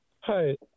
Hi